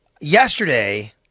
Yesterday